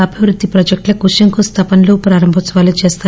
అభివృద్ది ప్రాజెక్టులకు శంఖుస్థాపనలు ప్రారంభోత్సవాలు చేస్తారు